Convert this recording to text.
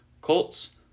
Colts